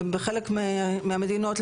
ובחלק מהמדינות,